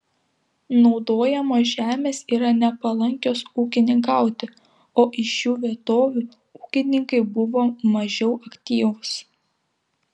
naudojamos žemės yra nepalankios ūkininkauti o iš šių vietovių ūkininkai buvo mažiau aktyvūs